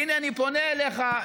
והינה אני פונה אליך,